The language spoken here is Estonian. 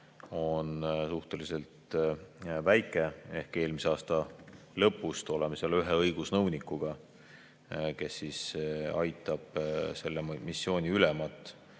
on suhteliselt väike: eelmise aasta lõpust oleme seal ühe õigusnõunikuga, kes aitab selle missiooni ülemat